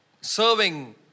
serving